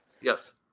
Yes